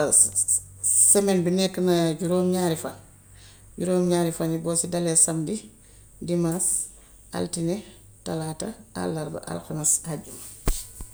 semaine bi nekk na juróom-ñaari fan, juróom-ñaari fan yi boo si dalee samdi, dimaas, altine, talaata, àllarba, alxames, ajjuma.